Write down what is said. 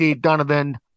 Donovan